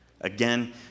again